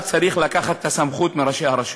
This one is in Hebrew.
צריך לקחת את הסמכות מראשי הרשויות.